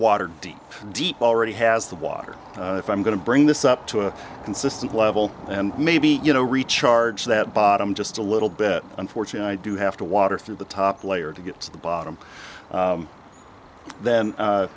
water down deep already has the water if i'm going to bring this up to a consistent level and maybe you know recharge that bottom just a little bit unfortunately i do have to water through the top layer to get to the bottom then